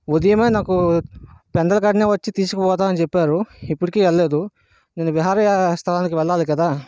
ఉదయమే నాకు పెందలకాడనే వచ్చి తీసుకుపోతానని చెప్పారు ఇప్పటికీ రాలేదు నేను విహార స్థలానికి వెళ్ళాలి కదా